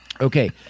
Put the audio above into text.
Okay